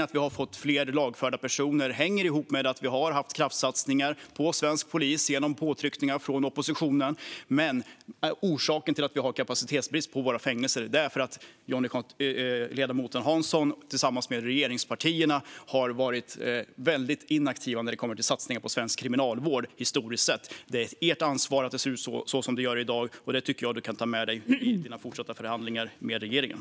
Att vi har fått fler lagförda personer hänger ihop med att vi har gjort kraftsatsningar på svensk polis genom påtryckningar från oppositionen. Men orsaken till kapacitetsbristen på våra fängelser är att ledamoten Hansson tillsammans med regeringspartierna historiskt sett har varit väldigt inaktiva när det kommer till satsningar på svensk kriminalvård. Det är ert ansvar att det ser ut som det gör i dag, och det tycker jag att du kan ta med dig till dina fortsatta förhandlingar med regeringen.